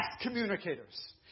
communicators